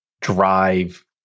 drive